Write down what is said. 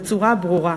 בצורה ברורה,